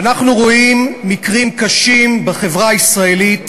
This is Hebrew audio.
ואנחנו רואים מקרים קשים בחברה הישראלית